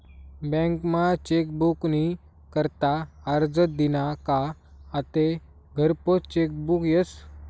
बँकमा चेकबुक नी करता आरजं दिना का आते घरपोच चेकबुक यस